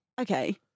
Okay